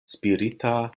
spirita